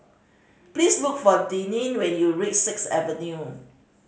please look for Denine when you reach Sixth Avenue